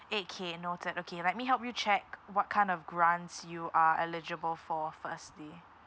eight K noted okay let me help you check what kind of grants you are eligible for firstly